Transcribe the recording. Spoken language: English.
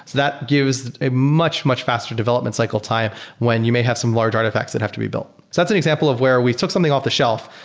that gives a much, much faster development cycle time when you may have some large artifacts that have to be built. that's an example of where we took something off-the-shelf.